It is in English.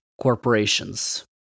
corporations